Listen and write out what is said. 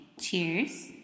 Cheers